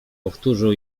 powtórzył